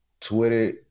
Twitter